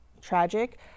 tragic